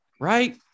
right